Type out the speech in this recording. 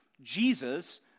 Jesus